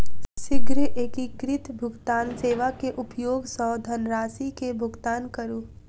शीघ्र एकीकृत भुगतान सेवा के उपयोग सॅ धनरशि के भुगतान करू